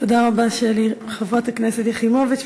תודה רבה לחברת הכנסת שלי יחימוביץ,